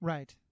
Right